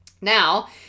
Now